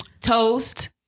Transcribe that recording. Toast